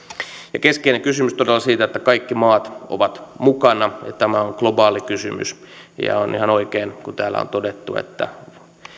keskeinen kysymys on todella siitä että kaikki maat ovat mukana tämä on globaali kysymys ja on ihan oikein kuten täällä on todettu että